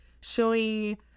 showing